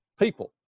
people